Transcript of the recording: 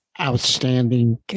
outstanding